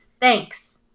Thanks